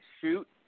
shoot